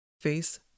face